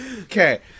Okay